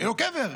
יהיה קבר.